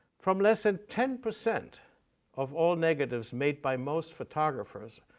from less than ten percent of all negatives made by most photographers,